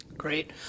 Great